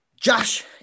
Josh